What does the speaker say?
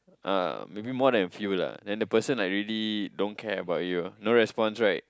uh maybe more than a few lah then the person like really don't care about you ah no response right